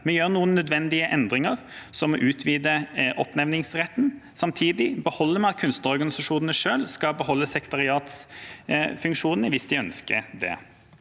Vi gjør noen nødvendige endringer, som å utvide i oppnevningsretten. Samtidig beholder vi at kunstnerorganisasjonene selv skal beholde sekretariatsfunksjonen – hvis de ønsker det.